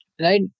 right